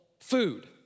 food